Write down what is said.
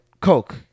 Coke